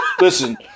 listen